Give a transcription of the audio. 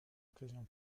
occasion